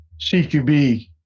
CQB